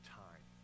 time